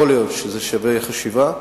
יכול להיות שזה שווה חשיבה.